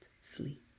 sleep